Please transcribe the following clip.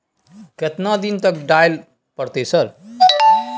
केतना दिन तक डालय परतै सर?